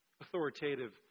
authoritative